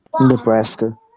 Nebraska